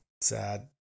sad